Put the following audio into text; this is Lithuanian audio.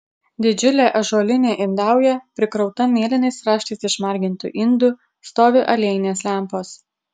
didžiulė ąžuolinė indauja prikrauta mėlynais raštais išmargintų indų stovi aliejinės lempos